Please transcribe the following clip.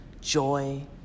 joy